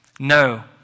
No